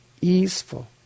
easeful